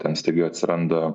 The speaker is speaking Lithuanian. ten staiga atsiranda